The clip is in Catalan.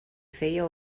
feia